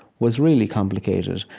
was really complicated.